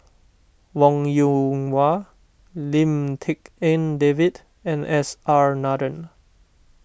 Wong Yoon Wah Lim Tik En David and S R Nathan